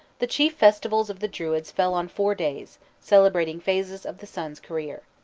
the chief festivals of the druids fell on four days, celebrating phases of the sun's career.